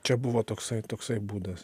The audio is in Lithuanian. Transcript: čia buvo toksai toksai būdas